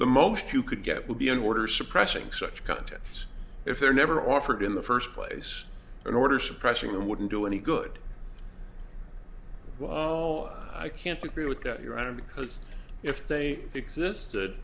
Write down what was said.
the most you could get would be an order suppressing such contents if they're never offered in the first place an order suppressing them wouldn't do any good while i can't agree with that your honor because if they existed